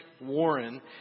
Warren